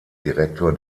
direktor